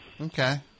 Okay